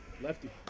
Lefty